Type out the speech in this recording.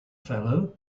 fellow